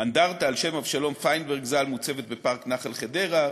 אנדרטה על שם אבשלום פיינברג ז"ל מוצבת בפארק נחל-חדרה,